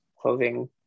clothing